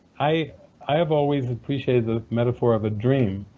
i i have always appreciated the metaphor of a dream